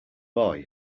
boy